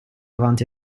avanti